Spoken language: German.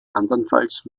andernfalls